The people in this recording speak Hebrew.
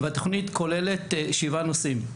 והתוכנית כוללת שבעה נושאים.